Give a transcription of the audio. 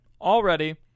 already